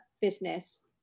business